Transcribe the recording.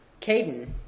Caden